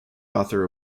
author